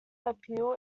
appeal